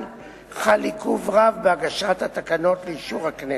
חל עיכוב רב בהגשת התקנות לאישור הכנסת.